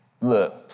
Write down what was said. look